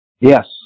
Yes